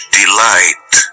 delight